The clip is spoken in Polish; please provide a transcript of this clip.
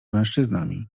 mężczyznami